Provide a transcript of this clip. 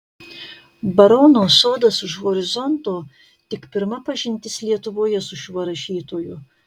barono sodas už horizonto tik pirma pažintis lietuvoje su šiuo rašytoju